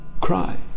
cry